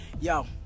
yo